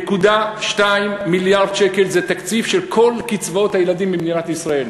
7.2 מיליארד שקל זה התקציב של כל קצבאות הילדים במדינת ישראל.